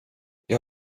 jag